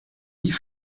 die